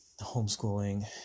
homeschooling